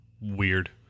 weird